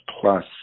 plus